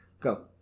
Go